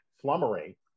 flummery